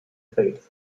fails